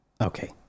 okay